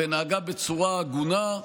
ונהגה בצורה הגונה.